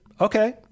Okay